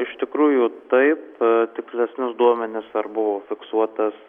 iš tikrųjų taip tikslesnius duomenis dar buvo fiksuotas